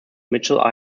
mitchell